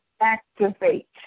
activate